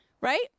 right